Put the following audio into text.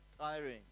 tiring